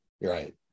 Right